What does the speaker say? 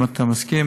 אם אתה מסכים,